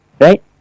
right